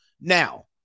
Now